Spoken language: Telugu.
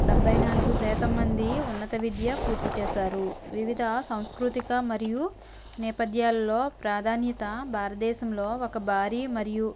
డెబ్భై నాలుగు శాతం మంది ఉన్నత విద్య పూర్తి చేశారు వివిధ సంస్కృతిక మరియు నేపథ్యాలలో ప్రాధాన్యత భారతదేశంలో ఒక భారీ మరియు